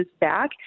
back